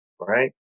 right